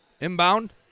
Inbound